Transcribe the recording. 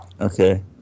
Okay